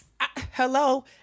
hello